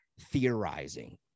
theorizing